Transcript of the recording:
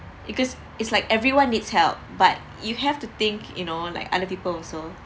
because it's like everyone needs help but you have to think you know like other people also